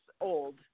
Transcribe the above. old